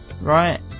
right